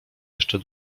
jeszcze